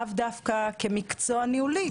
לאו דווקא כמקצוע ניהולי,